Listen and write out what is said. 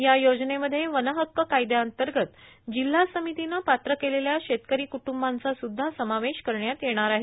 या योजनेमध्ये वनहक्क कायद्यांतगत जिल्हा र्सामतीनं पात्र केलेल्या शेतकरी कुटूंबाचा सुध्दा समावेश करण्यात येणार आहे